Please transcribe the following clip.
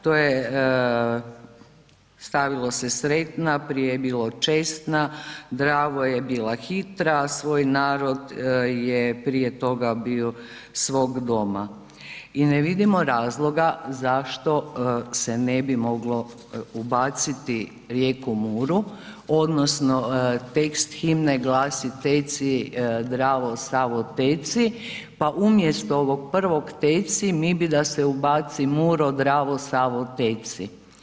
To je, stavilo se sretna, prije je bilo česna, ... je bila hitra, svoj narod je prije toga bio svog doma i ne vidimo razloga zašto se ne bi moglo ubaciti rijeku Muru, odnosno tekst himne glasi teci Dravo, Savo teci, pa umjesto ovog prvog teci, mi bi da se ubaci Muro, Dravo, Savo teci.